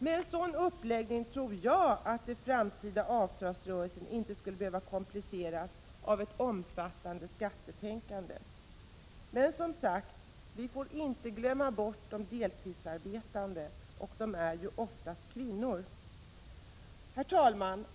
Med en sådan uppläggning skulle, tror jag, framtida avtalsrörelser inte behöva kompliceras av ett omfattande skattetänkande. Men vi får, som sagt, inte glömma bort alla de deltidsarbetande — och de är oftast kvinnor.